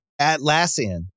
Atlassian